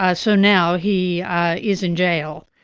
ah so now he is in jail.